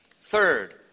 Third